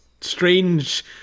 strange